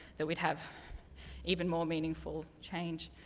that we'd have even more meaningful change.